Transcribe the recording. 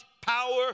power